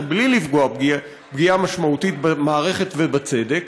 בלי לפגוע פגיעה משמעותית במערכת ובצדק,